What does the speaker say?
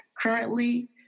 currently